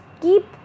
keep